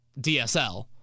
DSL